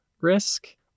risk